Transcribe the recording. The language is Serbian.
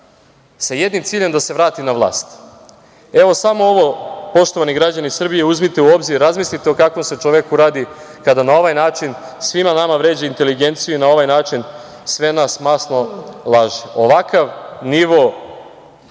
sa jednim ciljem, da se vrati na vlast. Evo, samo ovo, poštovani građani Srbije, uzmite u obzir, razmislite o kakvom se čoveku radi kada na ovaj način svima nama vređa inteligenciju i na ovaj način sve nas masno laže. Ovakav nivo